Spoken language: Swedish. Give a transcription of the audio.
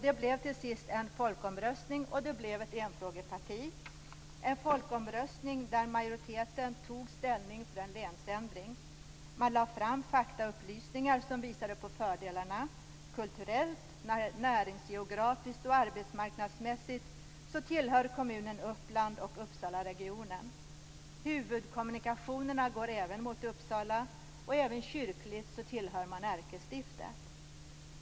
Det blev till sist en folkomröstning, och det blev ett enfrågeparti. I den folkomröstningen tog majoriteten ställning för en länsändring. Man lade fram faktaupplysningar som visade på fördelarna. Kulturellt, näringsgeografiskt och arbetsmarknadsmässigt tillhör kommunen Uppland och Uppsalaregionen. Huvudkommunikationerna går mot Uppsala. Även kyrkligt tillhör man ärkestiftet.